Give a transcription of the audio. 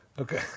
Okay